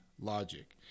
logic